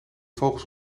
vogels